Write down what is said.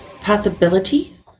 possibility